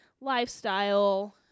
lifestyle